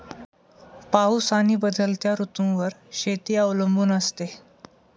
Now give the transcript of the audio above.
पाऊस आणि बदलत्या ऋतूंवर शेती अवलंबून असते